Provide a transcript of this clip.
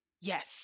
Yes